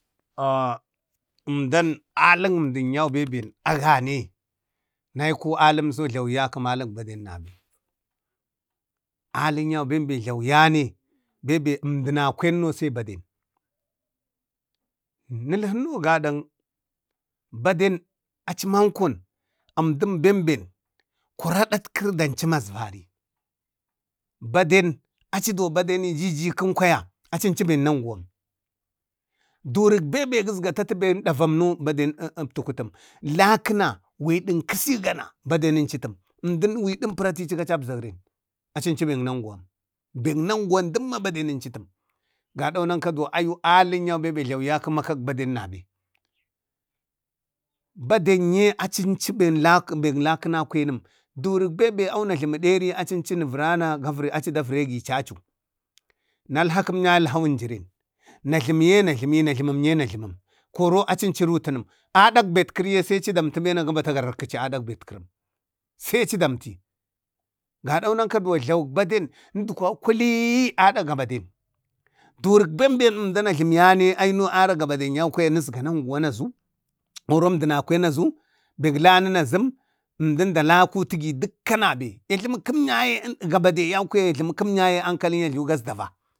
oh, əmdan, alə amdan benbe agane nai ko alum so jlamiya keman bade nabe, agane raiko alamso jlawiya kama alək baden. alən yau benbe jlawiyane bebe əmdənakwen azam sai baden. Nulhunno gadang baden achiman kon əmdan. Benben kuradatkeri dancu makravan baden achidu wonbade jijikan kwaya aachi ənchu bell nanguwanəm. durik benben gasgatu ten atu dəvamno baden aptukutəm. Lakəna widənkasi gana badenamcatum emdan widin paratici saicabzak ren a cuncu bak nanguwan bak nanguwan dumma baden numcutm gadau nanka duwan ayu aalin yau beebee jlamiya kuma kak baden na bee. Badenyee acincu ben lak lakunakwannum durik bebe awuna jlamik deri acincuna aci da vare gi cacu nalha kemya alhawun jiren na jlamiye na jlami na jlamiye najlamim kworo acincu rutunem adank bee betkiri ye secadanti yaye binagibatu ka rarckici adak batkiri seci damti gadau nanka jlawak badan engwa kuliyya adak gabadan durik bemben emdanak jlamayane aino har gabade yaukwaya nusga nanguwa na zu, koro əmdan kwen azu, beg lanən azam, zmdən da lukutigi dəkka nabe. Yajləmi kam yaye ga bade yau kwaya ankali ajluwu gəzdava.